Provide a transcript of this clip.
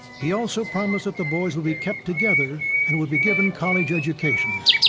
he also promised that the boys would be kept together and would be given college educations.